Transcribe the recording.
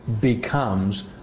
becomes